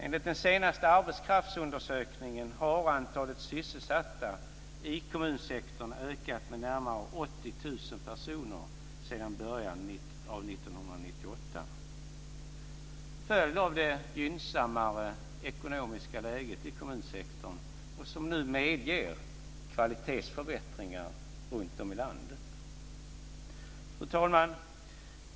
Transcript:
Enligt den senaste arbetskraftsundersökningen har antalet sysselsatta i kommunsektorn ökat med närmare 80 000 personer sedan början av 1998 till följd av det gynnsammare ekonomiska läget i kommunsektorn som nu medger kvalitetsförbättringar runtom i landet. Fru talman!